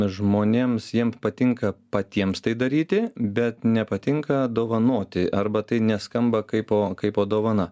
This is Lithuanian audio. žmonėms jiem patinka patiems tai daryti bet nepatinka dovanoti arba tai neskamba kaipo kaipo dovana